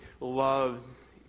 loves